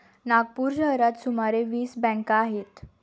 नागपूर शहरात सुमारे वीस बँका आहेत